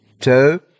two